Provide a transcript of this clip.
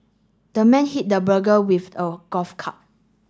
the man hit the burglar with a golf club